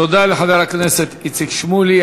תודה לחבר הכנסת איציק שמולי.